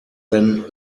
than